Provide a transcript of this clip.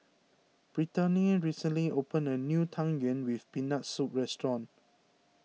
Brittaney recently opened a new Tang Yuen with Peanut Soup restaurant